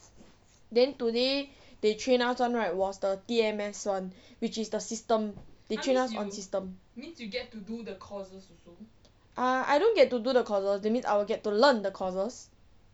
then today they train us [one] right was the T_M_S one which is the system they train us on system uh I don't get to do the courses that means I will get to learn the courses